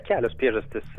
kelios priežastys